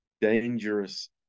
dangerous